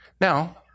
Now